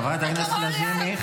חברת הכנסת לזימי,